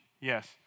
Yes